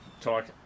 talk